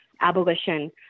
abolition